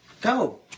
go